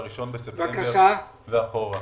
בעניין 1 בספטמבר ואחורה.